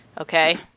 Okay